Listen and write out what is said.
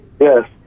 Yes